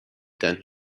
than